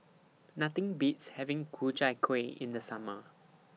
Nothing Beats having Ku Chai Kueh in The Summer